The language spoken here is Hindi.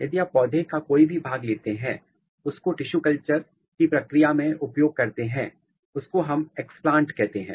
यदि आप पौधे का कोई भी भाग लेते हैं और उसको टिशु कल्चर उत्तक संवर्धन की प्रक्रिया में उपयोग करते हैं उसको हम एक्सप्लांट कहते हैं